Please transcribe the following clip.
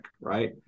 right